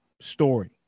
story